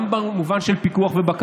גם במובן של פיקוח ובקרה.